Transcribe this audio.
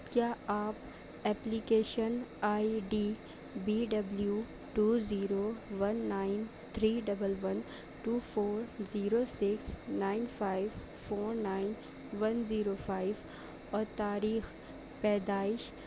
کیا آپ application I D B W two zero one nine three double one two four zero six nine five four nine one zero five اور تاریخ پیدائش